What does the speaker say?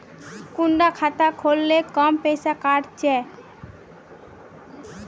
कुंडा खाता खोल ले कम पैसा काट छे?